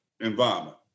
environment